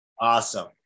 Awesome